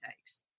takes